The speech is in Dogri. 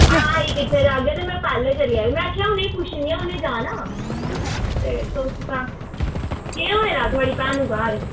आं अगर आई जाह्गे ते में पैह्लें चली जाह्गे ते में उनेंगी पुच्छना की उनें जाना ते केह् होये दा थुआढ़ी भैनूं घर